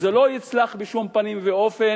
זה לא יצלח בשום פנים ואופן,